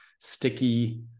sticky